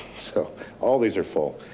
so all these are full